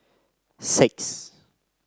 six